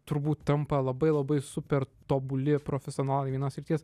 turbūt tampa labai labai super tobuli profesionalai vienos srities